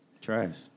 Trash